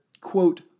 quote